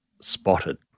spotted